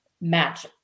match